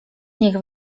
niech